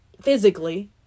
physically